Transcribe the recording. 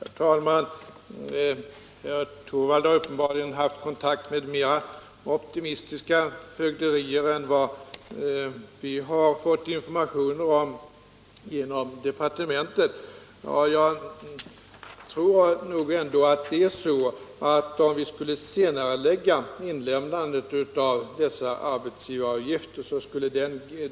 Herr talman! Herr Torwald har uppenbarligen haft kontakt med mera optimistiska fögderier än dem vi känner till i departementet. Jag tror ändå att den sortering som herr Torwald talade om skulle försenas om vi senarelade inlämnandet av dessa arbetsgivaruppgifter.